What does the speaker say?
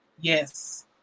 Yes